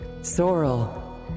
Sorrel